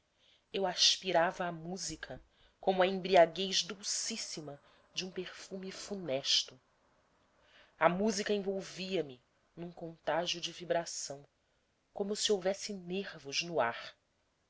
eu aspirava a música como a embriaguez dulcíssima de um perfume funesto a música envolvia me num contágio de vibração como se houvesse nervos no ar